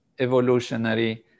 evolutionary